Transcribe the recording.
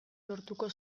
lortuko